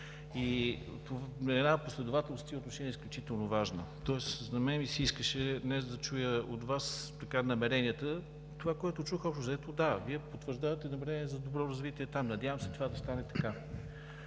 и една последователност в тези отношения е изключителна важна. Тоест на мен ми се искаше днес да чуя от Вас намерения. Това, което чух, общо взето – да, Вие потвърждавате намерение за добро развитие там. Надявам се това да стане така,